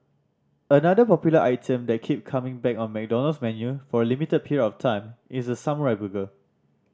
another popular item that keep coming back on McDonald's menu for a limited period of time is the samurai burger